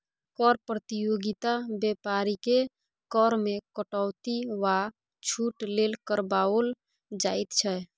कर प्रतियोगिता बेपारीकेँ कर मे कटौती वा छूट लेल करबाओल जाइत छै